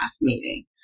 meeting